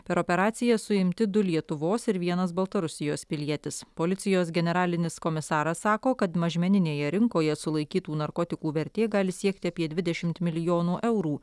per operaciją suimti du lietuvos ir vienas baltarusijos pilietis policijos generalinis komisaras sako kad mažmeninėje rinkoje sulaikytų narkotikų vertė gali siekti apie dvidešimt milijonų eurų